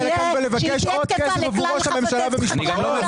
לכאן ולבקש עוד כסף עבור ראש הממשלה ומשפחתו?